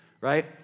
right